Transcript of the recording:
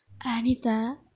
Anita